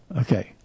Okay